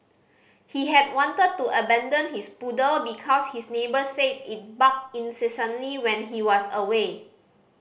he had wanted to abandon his poodle because his neighbours said it barked incessantly when he was away